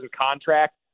contract